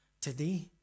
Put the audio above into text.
today